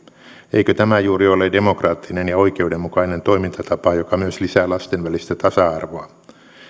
eikö tämä juuri ole demokraattinen ja oikeudenmukainen toimintatapa joka myös lisää lasten välistä tasa arvoa